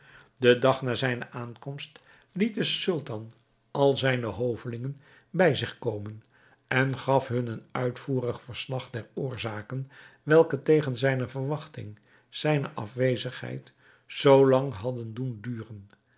den dag na zijne aankomst liet de sultan al zijne hovelingen bij zich komen en gaf hun een uitvoerig verslag der oorzaken welke tegen zijne verwachting zijne afwezendheid zoo lang hadden doen duren